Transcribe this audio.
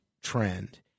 trend